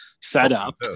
setup